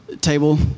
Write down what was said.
Table